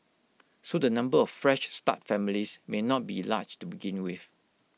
so the number of Fresh Start families may not be large to begin with